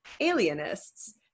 alienists